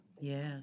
Yes